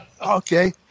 Okay